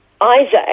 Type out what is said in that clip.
Isaac